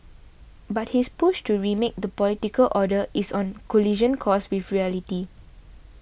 but his push to remake the political order is on a collision course with reality